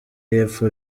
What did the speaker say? y’epfo